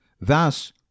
Thus